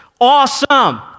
awesome